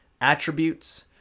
attributes